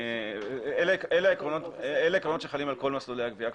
אלה עקרונות שחלים על כל מסלולי הגבייה,